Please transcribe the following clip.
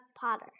Potter